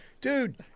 dude